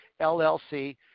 LLC